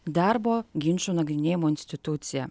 darbo ginčų nagrinėjimo institucija